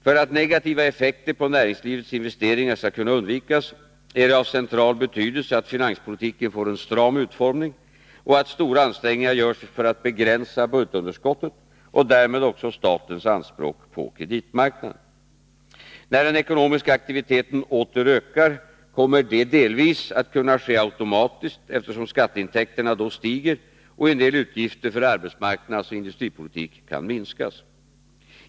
För att negativa effekter på näringslivets investeringar skall kunna undvikas är det av central betydelse att finanspolitiken får en stram utformning och att stora ansträngningar görs för att begränsa budgetunderskottet och därmed också statens anspråk på kreditmarknaden. När den ekonomiska aktiviteten åter ökar kommer detta delvis att kunna ske automatiskt, eftersom skatteintäkterna då stiger och en del utgifter för arbetsmarknadsoch industripolitik kan minskas.